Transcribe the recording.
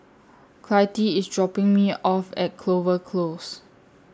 Clytie IS dropping Me off At Clover Close